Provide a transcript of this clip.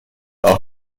auch